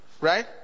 right